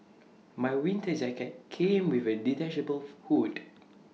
my winter jacket came with A detachable hood